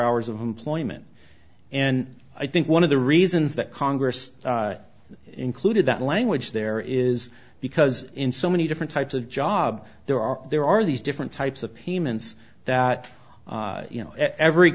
hours of employment and i think one of the reasons that congress included that language there is because in so many different types of job there are there are these different types of payments that you know every